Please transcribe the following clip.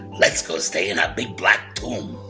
let's go stay in a big black tomb.